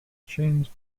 chains